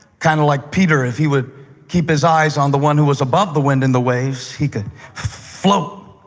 kind of like peter. if he would keep his eyes on the one who was above the wind and the waves he could float.